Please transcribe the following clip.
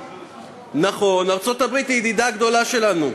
נכון, ארצות-הברית היא הידידה הגדולה שלנו,